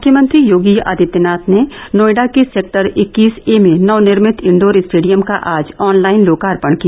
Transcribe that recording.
मुख्यमंत्री योगी आदित्यनाथ ने नोएडा के सेक्टर इक्कीस ए में नव निर्मित इनडोर स्टेडियम का आज ऑनलाइन लोकार्पण किया